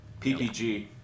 PPG